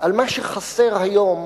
על מה שחסר היום